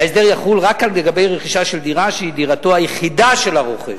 ההסדר יחול רק לגבי רכישה של דירה שהיא דירתו היחידה של הרוכש.